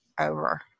over